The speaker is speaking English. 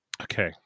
Okay